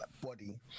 body